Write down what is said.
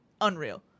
unreal